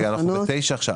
רגע, אנחנו ב-9 עכשיו.